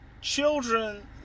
children